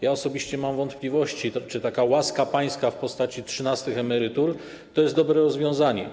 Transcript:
Ja osobiście mam wątpliwości, czy taka łaska pańska w postaci trzynastych emerytur to jest dobre rozwiązanie.